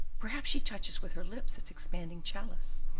perhaps she touches with her lips its expanding chalice.